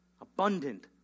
Abundant